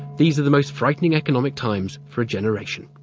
these are the most frightening economic times for a generation.